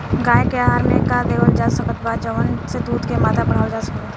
गाय के आहार मे का देवल जा सकत बा जवन से दूध के मात्रा बढ़ावल जा सके?